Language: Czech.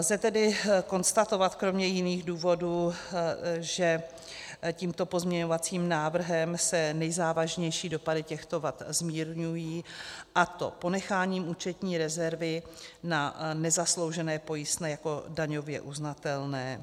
Lze tedy konstatovat, kromě jiných důvodů, že tímto pozměňovacím návrhem se nejzávažnější dopady těchto vad zmírňují, a to ponecháním účetní rezervy na nezasloužené pojistné jako daňově uznatelné.